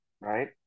Right